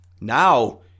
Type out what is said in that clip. Now